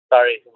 Sorry